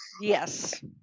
yes